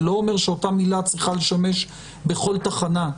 וזה לא אומר שאותה מילה צריכה לשמש בכל תחנה.